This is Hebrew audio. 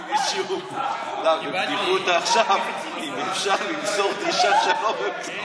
שאל אותי מישהו בבדיחותא עכשיו אם אפשר למסור דרישת שלום באמצעותך.